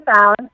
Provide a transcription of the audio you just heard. found